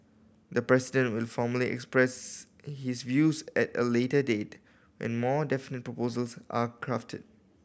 the President will formally express his views at a later date when more definite proposals are crafted